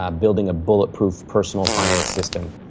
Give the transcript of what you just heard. ah building a bulletproof personal finance system.